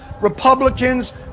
republicans